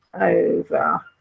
over